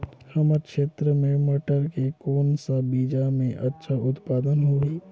हमर क्षेत्र मे मटर के कौन सा बीजा मे अच्छा उत्पादन होही?